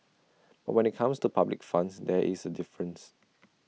but when IT comes to public funds there is A difference